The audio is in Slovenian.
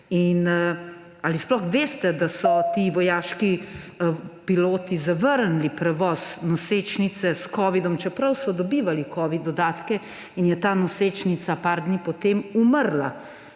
Ali sploh veste, da so ti vojaški piloti zavrnili prevoz nosečnice s covidom, čeprav so dobivali covid dodatke, in je ta nosečnica par dni po tem umrla?